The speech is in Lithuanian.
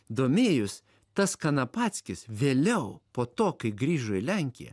domėjus tas kanapackis vėliau po to kai grįžo į lenkiją